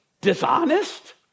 dishonest